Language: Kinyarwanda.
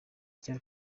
cyera